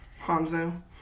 Hanzo